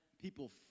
people